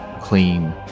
clean